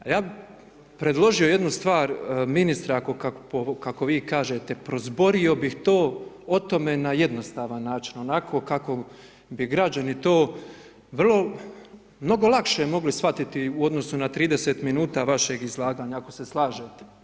A ja bi predložio jednu stvar, ministre, kako vi kažete, pobrojio bi o tome na jednostavan način, onako kako bi građani to, vrlo, mnogo lakše mogli shvatiti u odnosu na 30 min vašeg izlaganja, ako se slažete?